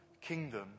kingdom